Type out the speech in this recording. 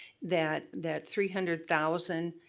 that that three hundred thousand,